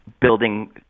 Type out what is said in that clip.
building